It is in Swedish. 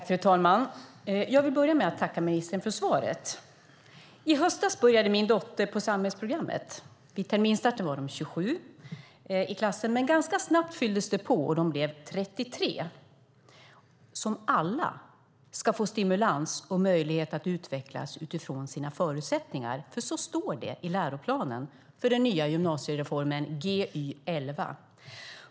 Fru talman! Jag vill börja med att tacka ministern för svaret. I höstas började min dotter på samhällsprogrammet. Vid terminsstarten var de 27 i klassen, men ganska snabbt fylldes det på och de blev 33 - som alla ska få stimulans och möjlighet att utvecklas utifrån sina förutsättningar, som det står i läroplanen för den nya gymnasiereformen, Gy 2011.